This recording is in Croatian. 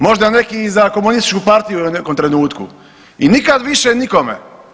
Možda neki i za Komunističku partiju u nekom trenutku i nikad više nikome.